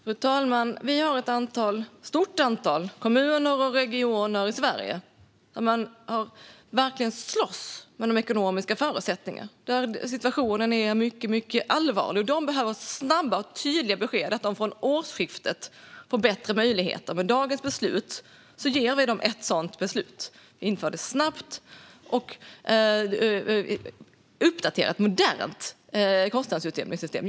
Fru talman! Vi har ett stort antal kommuner och regioner i Sverige där man verkligen slåss med de ekonomiska förutsättningarna och där situationen är mycket allvarlig. De behöver snabba och tydliga besked om att de från årsskiftet får bättre möjligheter. Med dagens beslut ger vi dem ett sådant besked. Vi inför detta snabbt, och det är ett uppdaterat, modernt kostnadsutjämningssystem.